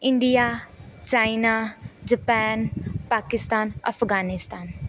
India China Japan Pakistan Afghanistan